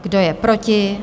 Kdo je proti?